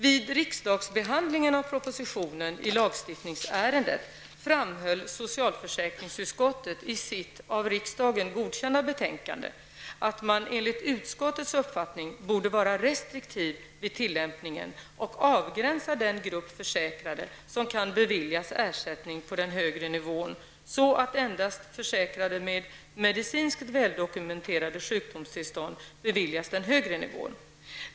Vid riksdagsbehandlingen av propositionen i lagstiftningsärendet framhöll socialförsäkringsutskottet i sitt av riksdagen godkända betänkande att man enligt utskottets uppfattning borde vara restriktiv vid tillämpningen och avgränsa den grupp försäkrade som kan beviljas ersättning på den högre nivån så att endast försäkrade med medicinskt väldokumenterade sjukdomstillstånd beviljas den högre nivån.